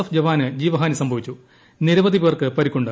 F ജവാന് ജീവഹാനി സംഭവിച്ചു നിരവധി പേർക്ക് പരിക്കുണ്ട്